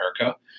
America